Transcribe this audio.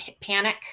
panic